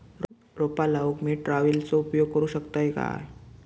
रोपा लाऊक मी ट्रावेलचो उपयोग करू शकतय काय?